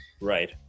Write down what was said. right